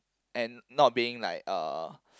and not being like uh